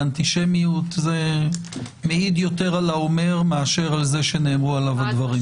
זה מעיד יותר על האומר מאשר על זה שנאמרו עליו הדברים.